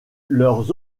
leur